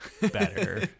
better